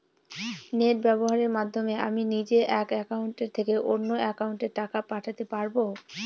Net ব্যবহারের মাধ্যমে আমি নিজে এক অ্যাকাউন্টের থেকে অন্য অ্যাকাউন্টে টাকা পাঠাতে পারব?